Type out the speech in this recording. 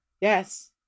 Yes